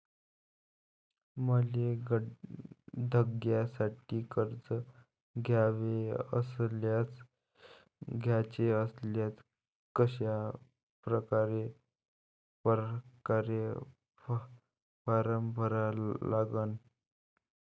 मले धंद्यासाठी कर्ज घ्याचे असल्यास कशा परकारे फारम भरा लागन?